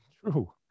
True